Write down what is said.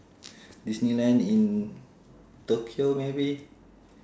disneyland in tokyo maybe